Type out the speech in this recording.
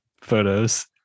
photos